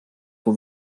kui